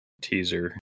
teaser